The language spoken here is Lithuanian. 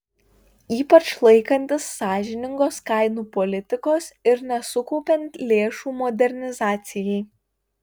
ypač laikantis sąžiningos kainų politikos ir nesukaupiant lėšų modernizacijai